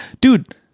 Dude